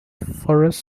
forest